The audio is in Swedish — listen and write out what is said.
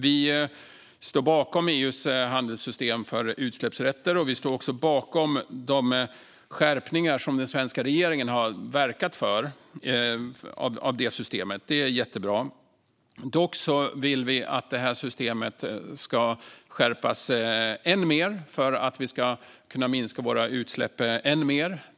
Vi står bakom EU:s handelssystem för utsläppsrätter. Vi står också bakom de skärpningar av systemet som den svenska regeringen har verkat för. Det är jättebra. Vi vill dock att systemet ska skärpas än mer för att vi ska kunna minska utsläppen ännu mer.